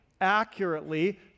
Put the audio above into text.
accurately